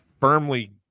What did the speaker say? firmly